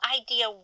idea